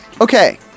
okay